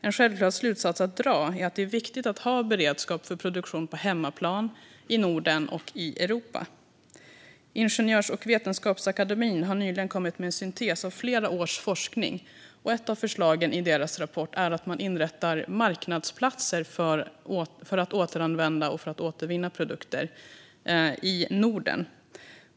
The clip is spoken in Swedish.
En självklar slutsats att dra är att det är viktigt att ha beredskap för produktion på hemmaplan, i Norden och i Europa. Ingenjörsvetenskapsakademien har nyligen kommit med en syntes av flera års forskning, och ett av förslagen i deras rapport är att man ska inrätta marknadsplatser för att återanvända och återvinna produkter i Norden.